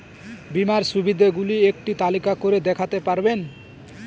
বীমার সুবিধে গুলি একটি তালিকা করে দেখাতে পারবেন?